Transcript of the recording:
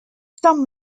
some